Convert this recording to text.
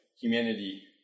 humanity